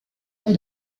elle